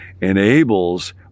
enables